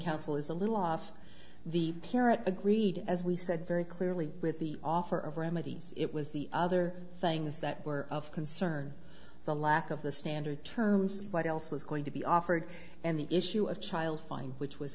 counsel is a little off the parent agreed as we said very clearly with the offer of remedies it was the other things that were of concern the lack of the standard terms what else was going to be offered and the issue of child fine which was